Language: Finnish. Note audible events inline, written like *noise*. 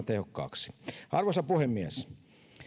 *unintelligible* tehokkaaksi arvoisa puhemies